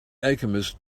alchemist